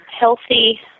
healthy